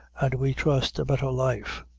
and, we trust, a better life.